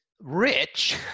rich